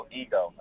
ego